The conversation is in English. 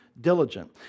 diligent